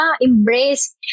embrace